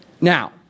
Now